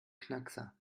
knackser